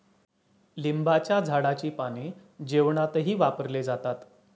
लिंबाच्या झाडाची पाने जेवणातही वापरले जातात